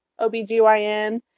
OBGYN